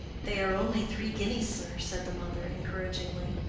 they are only three guineas, sir, said the mother, encouragingly.